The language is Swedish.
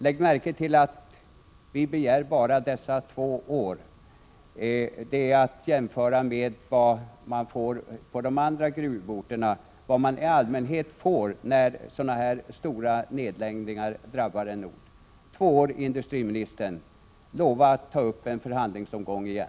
Lägg märke till att vi begär bara dessa två år. Det är att jämföra med vad man får på de andra gruvorterna och vad man i allmänhet får när stora nedläggningar drabbar en ort. Två år, industriministern — lova att ta upp en förhandlingsomgång igen!